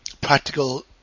practical